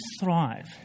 thrive